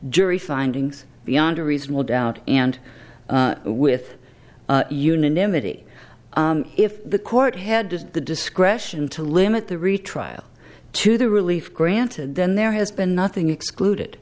jury findings beyond a reasonable doubt and with unanimity if the court had the discretion to limit the retrial to the relief granted then there has been nothing excluded